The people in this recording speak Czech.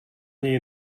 něj